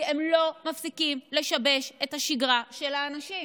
הם לא מפסיקים לשבש את השגרה של האנשים.